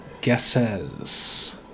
guesses